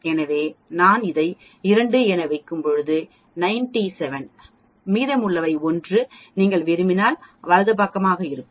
எனவே நான் அதை 2 என வைக்கும்போது 97 மீதமுள்ளவை 1 நீங்கள் விரும்பினால் வலது பக்கமாக இருக்கும்